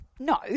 No